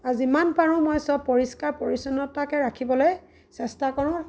আৰু যিমান পাৰোঁ মই সব পৰিষ্কাৰ পৰিচ্ছন্নতাকে ৰাখিবলৈ চেষ্টা কৰোঁ